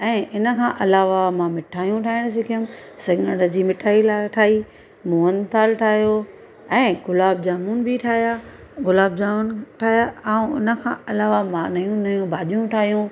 ऐं हिन खां अलावा मां मिठाईयूं ठाहिण सिकयमि सिंगड़ जी मिठाई लाइ ठाही मुहनथाल ठाहियो ऐं गुलाब जामून बि ठाहिया गुलाब जामून ठाहिया ऐं हुन खां अलावा मां नयूं नयूं भाॼियूं ठाहियूं